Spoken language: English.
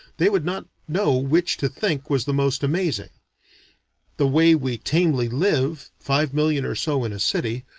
they would not know which to think was the most amazing the way we tamely live, five million or so in a city,